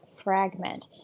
fragment